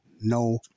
no